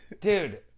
Dude